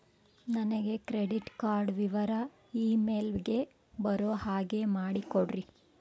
ನನಗೆ credit card ವಿವರ email ಗೆ ಬರೋ ಹಾಗೆ ಮಾಡಿಕೊಡ್ರಿ?